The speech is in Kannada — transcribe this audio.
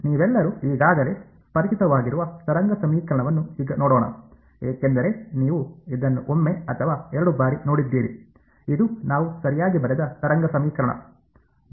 ನೀವೆಲ್ಲರೂ ಈಗಾಗಲೇ ಪರಿಚಿತವಾಗಿರುವ ತರಂಗ ಸಮೀಕರಣವನ್ನು ಈಗ ನೋಡೋಣ ಏಕೆಂದರೆ ನೀವು ಇದನ್ನು ಒಮ್ಮೆ ಅಥವಾ ಎರಡು ಬಾರಿ ನೋಡಿದ್ದೀರಿ ಇದು ನಾವು ಸರಿಯಾಗಿ ಬರೆದ ತರಂಗ ಸಮೀಕರಣ